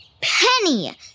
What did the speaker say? Penny